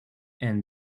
and